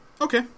okay